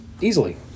Easily